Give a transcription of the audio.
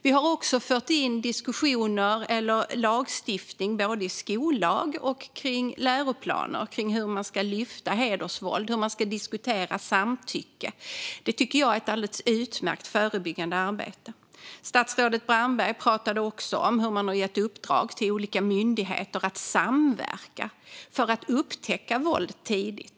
Vi har också fört in diskussioner, eller lagstiftning, både i skollagen och kring läroplaner om hur man ska lyfta hedersvåld och hur man ska diskutera samtycke. Det tycker jag är ett alldeles utmärkt förebyggande arbete. Statsrådet Brandberg pratade också om att man har gett i uppdrag till olika myndigheter att samverka för att upptäcka våld tidigt.